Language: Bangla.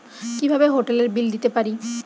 কিভাবে হোটেলের বিল দিতে পারি?